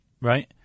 right